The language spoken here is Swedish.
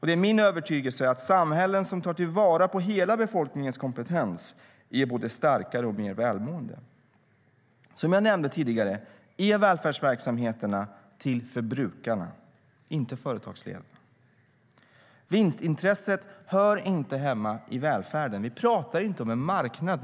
Det är min övertygelse att samhällen som tar till vara hela befolkningens kompetens är både starkare och mer välmående. Som jag nämnde tidigare är välfärdsverksamheterna till för brukarna, inte företagsledarna. Vinstintresset hör inte hemma i välfärden. Vi pratar inte om en marknad.